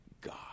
God